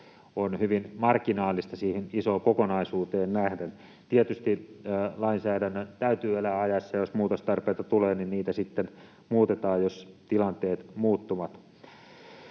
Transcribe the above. on hyvin marginaalista siihen isoon kokonaisuuteen nähden. Tietysti lainsäädännön täytyy elää ajassa, ja jos muutostarpeita tulee, niin sitä sitten muutetaan, jos tilanteet muuttuvat.